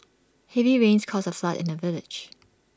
heavy rains caused A flood in the village